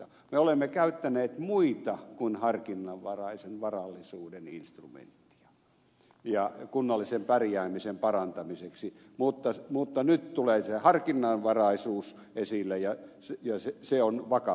me olemme käyttäneet muita kuin harkinnanvaraisen varallisuuden instrumentteja kunnallisen pärjäämisen parantamiseksi mutta nyt tulee se harkinnanvaraisuus esille ja se on vakava vaihtoehto